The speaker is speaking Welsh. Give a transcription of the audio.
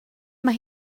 mae